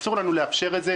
אסור לנו לאפשר את זה,